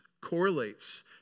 correlates